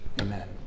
Amen